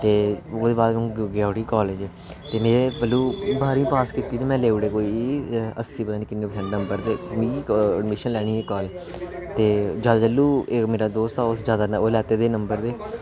ते उ'ऐ ओह्दे बाद अ'ऊं गेआ उठी काॅलेज ते में जदूं बाह्रमीं पास कीती ते लेई ओड़े कोई अस्सी पता नेईं किन्ने परसैंट नम्बर दे मी एडमिशन लैनी ही काॅलेज ते जां जदूं मेरा दोस्त हा उस जैदा ओह् लैते दे नम्बर ते